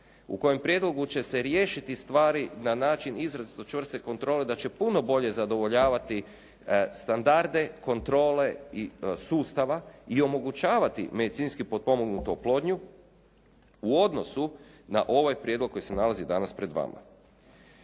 u kojem prijedlogu će se riješiti stvari na način izrazito čvrste kontrole da će puno bolje zadovoljavati standarde kontrole i sustava i omogućavati medicinski potpomognutu oplodnju u odnosu na ovaj prijedlog koji se nalazi danas pred vama.